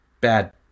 Bad